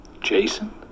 Jason